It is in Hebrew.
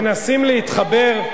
מנסים להתחבר,